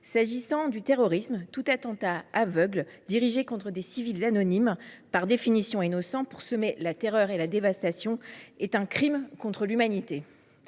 S’agissant du terrorisme, tout attentat aveugle dirigé contre des civils anonymes, par définition innocents, pour semer la terreur et la dévastation est un crime contre l’humanité.